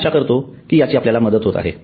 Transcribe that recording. मी आशा करतो कि याची आपल्याला मदत होत आहे